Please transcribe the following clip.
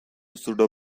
suda